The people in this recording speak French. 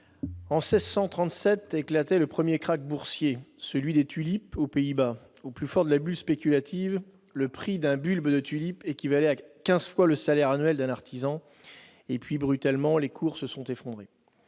en 1637 éclatait le premier krach boursier, celui des tulipes, aux Pays-Bas. Au plus fort de la bulle spéculative, le prix d'un bulbe de tulipe équivalait à quinze fois le salaire annuel d'un artisan. Et puis, brutalement, les cours se sont effondrés.